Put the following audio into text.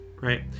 right